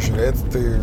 žiūrėti tai